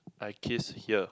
I kissed here